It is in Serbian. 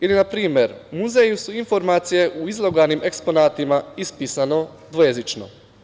Ili, na primer, u muzeju su informacije u izložbenim eksponatima ispisane dvojezično.